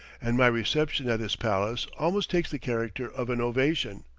and my reception at his palace almost takes the character of an ovation.